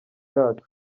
yacu